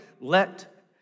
let